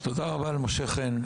תודה רבה למשה חן.